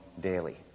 daily